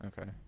Okay